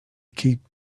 keep